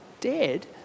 dead